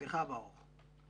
סליחה, ברוך.